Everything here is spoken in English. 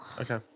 okay